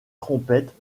trompettes